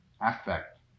affect